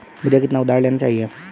मुझे कितना उधार लेना चाहिए?